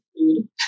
food